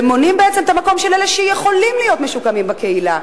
ומונעים בעצם את המקום של אלה שיכולים להיות משוקמים בקהילה,